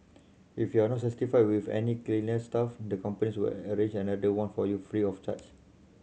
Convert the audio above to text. if you are not satisfied with any cleaner staff the companies will arrange another one for you free of charge